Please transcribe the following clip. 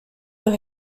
los